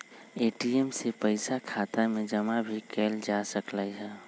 ATM से पइसा खाता में जमा भी कएल जा सकलई ह